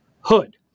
Hood